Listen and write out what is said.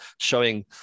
showing